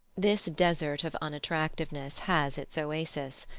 this desert of unattractiveness has its oasis.